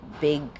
big